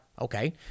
okay